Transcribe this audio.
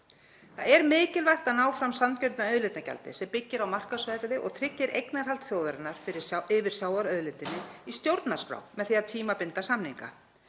Það er mikilvægt að ná fram sanngjörnu auðlindagjaldi sem byggist á markaðsverði og tryggir eignarhald þjóðarinnar yfir sjávarauðlindinni í stjórnarskrá með því að tímabinda samninga.